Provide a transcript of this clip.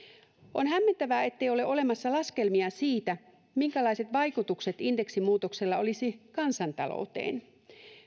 on hämmentävää ettei ole olemassa laskelmia siitä minkälaiset vaikutukset indeksimuutoksella olisi kansantalouteen